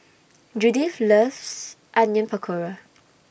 Judith loves Onion Pakora